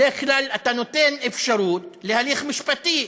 בדרך כלל אתה נותן אפשרות להליך משפטי.